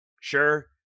sure